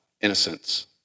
innocence